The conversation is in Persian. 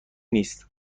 نیست